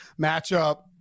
matchup